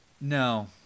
No